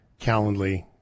Calendly